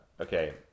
Okay